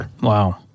Wow